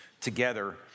together